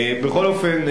בכל אופן,